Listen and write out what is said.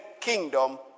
kingdom